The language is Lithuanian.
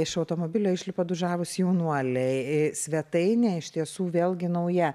iš automobilio išlipa du žavūs jaunuoliai svetainė iš tiesų vėlgi nauja